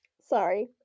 Sorry